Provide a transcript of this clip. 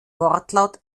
wortlaut